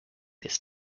this